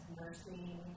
nursing